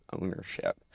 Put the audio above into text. ownership